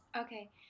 okay